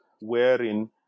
wherein